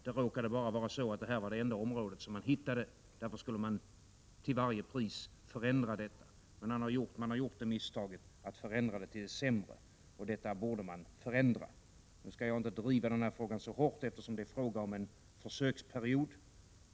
Det här området råkade vara det enda man hittade, och därför skulle man till varje pris förändra det rådande systemet. Men man har alltså gjort misstaget att förändra det till det sämre, och det bör man göra något åt. Nu skall jag inte driva den här frågan så hårt, eftersom det handlar om en försöksperiod.